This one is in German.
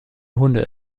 hunde